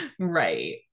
right